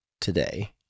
today